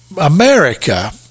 America